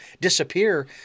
disappear